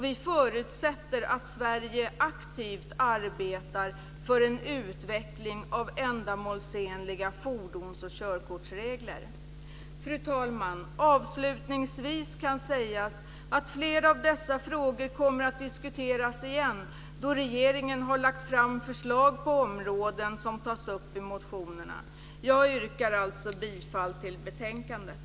Vi förutsätter att Sverige aktivt arbetar för en utveckling av ändamålsenliga fordons och körkortsregler. Fru talman! Avslutningsvis kan sägas att flera av dessa frågor kommer att diskuteras igen då regeringen har lagt fram förslag på områden som tas upp i motionerna. Jag yrkar alltså bifall till förslaget i betänkandet.